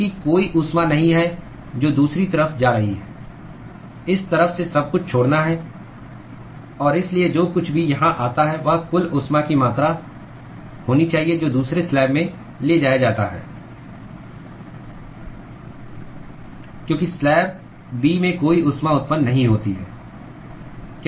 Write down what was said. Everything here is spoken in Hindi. क्योंकि कोई ऊष्मा नहीं है जो दूसरी तरफ जा रही है इस तरफ से सब कुछ छोड़ना है और इसलिए जो कुछ भी यहां आता है वह कुल ऊष्मा की मात्रा होनी चाहिए जो दूसरे स्लैब में ले जाया जाता है क्योंकि स्लैब B में कोई ऊष्मा उत्पन्न नहीं होती है